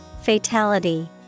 Fatality